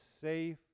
safe